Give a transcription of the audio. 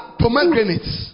pomegranates